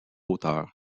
auteurs